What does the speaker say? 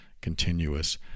continuous